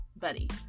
Buddy